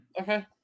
Okay